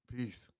Peace